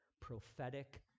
prophetic